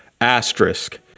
asterisk